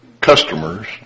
customers